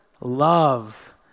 love